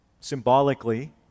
symbolically